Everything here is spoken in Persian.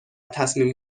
تصمیم